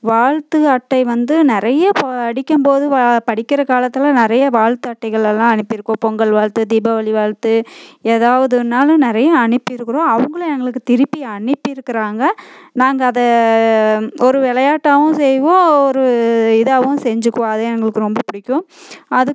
வாழ்த்து அட்டை வந்து நிறைய படிக்கும்போது வ படிக்கிற காலத்தில் நிறைய வாழ்த்து அட்டைகள்லாம் அனுப்பிருக்கோம் பொங்கல் வாழ்த்து தீபாவளி வாழ்த்து எதாவது ஒன்றுனாலும் நிறைய அனுப்பிருக்குறோம் அவங்குளும் எங்களுக்கு திருப்பி அனுப்பிருக்கிறாங்க நாங்கள் அதை ஒரு விளையாட்டவும் செய்வோம் ஒரு இதாகவும் செஞ்சிக்குவோம் அது எங்களுக்கு ரொம்ப பிடிக்கும் அதுக்கு